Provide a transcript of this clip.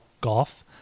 golf